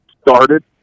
started